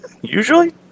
Usually